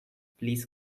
please